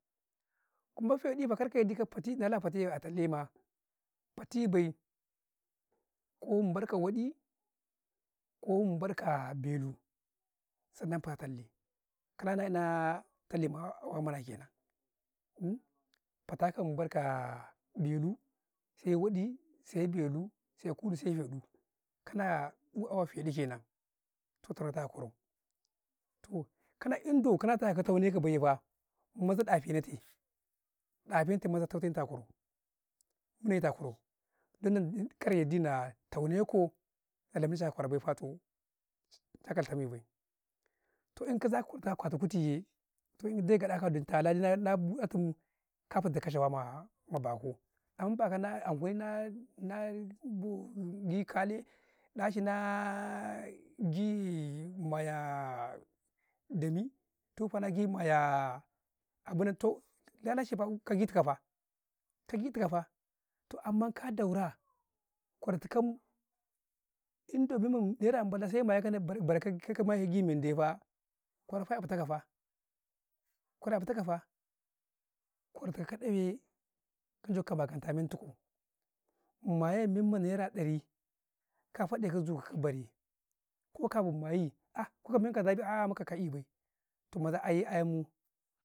﻿kuma feɗi fa kar ka yardika fatii, fati ma talleh maa, fati bay, ko mum barka waɗi, ko mam barka beluu, sannan fita talleh, ka na na'i naa talleh ma'awa ma naa kenan fatakau barkaa belu, sai waɗi sai belu, sai kun nu, sai feɗu ka naa a waa feɗu ke nan, toh ta wauta a kwarau ka na ido kana ka ne tau ne ka bay yee faa, maza ɗa fi nake, ɗafin ta maza tau ne tau a kwarau, yare tu a kwarau, kar ci yar ɗi tau nau kau na la nice ki a kwarau ba toh ca kai tami bay, to in ka zakatau a kata kuti yee, toh, Ndai, gaɗa tala dai na 'ya tum kata kas sawaa baku, amman bakau na yee, an kuni, na boogii kale, ɗaci naa gii ma yaa dami, toh tufa na gii ma yaa abunan toh kagi tu ka faa, kogi tika faa, toh amman ma daura kwartu kau, indomi ma naira mayi agi menda ne faa, kwarara fa yaf ɗa kau fa, kwarau yaf ɗa yee, jokka maganta mai tika faa, mayan mrnma naira ɗari ka faɗe ka jeka ka bari ko ka min ma yi'ah ku ka bay toh maza aye ayen mu.